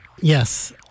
Yes